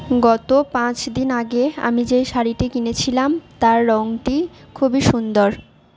গত পাঁচদিন আগে আমি যেই শাড়িটি কিনেছিলাম তার রঙটি খুবই সুন্দর